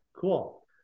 cool